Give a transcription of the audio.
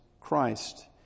Christ